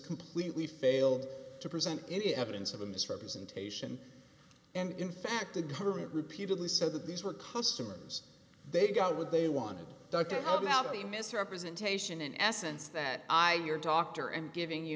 completely failed to present any evidence of a misrepresentation and in fact the government repeatedly said that these were customers they got what they wanted to help me out of the misrepresentation in essence that i your doctor and giving you